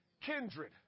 kindred